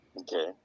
Okay